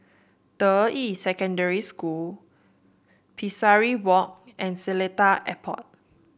Deyi Secondary School Pesari Walk and Seletar Airport